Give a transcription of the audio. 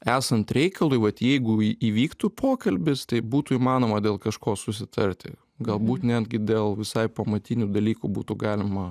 esant reikalui vat jeigu įvyktų pokalbis tai būtų įmanoma dėl kažko susitarti galbūt netgi dėl visai pamatinių dalykų būtų galima